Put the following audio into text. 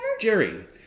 Jerry